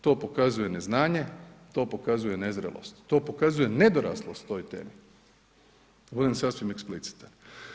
To pokazuje neznanje, to pokazuje nezrelost, to pokazuje nedoraslost toj temi da budem sasvim eksplicitan.